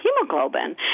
hemoglobin